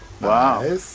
Wow